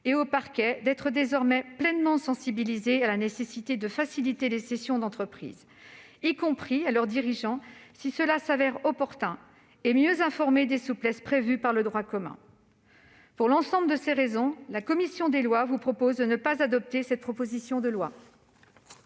et aux parquets d'être désormais pleinement sensibilisés à la nécessité de faciliter les cessions d'entreprise, y compris à leurs dirigeants si cela se révèle opportun, et d'être mieux informés des souplesses prévues par le droit commun. Pour l'ensemble de ces raisons, mes chers collègues, la commission des lois vous recommande de ne pas adopter la présente proposition de loi.